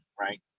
right